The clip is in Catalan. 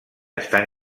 estan